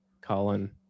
Colin